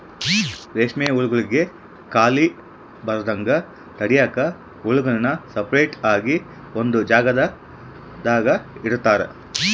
ರೇಷ್ಮೆ ಹುಳುಗುಳ್ಗೆ ಖಾಲಿ ಬರದಂಗ ತಡ್ಯಾಕ ಹುಳುಗುಳ್ನ ಸಪರೇಟ್ ಆಗಿ ಒಂದು ಜಾಗದಾಗ ಇಡುತಾರ